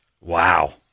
Wow